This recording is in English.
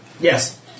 Yes